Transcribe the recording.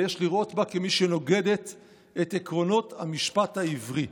יש לראות בה כמי שנוגדת את עקרונות המשפט העברי."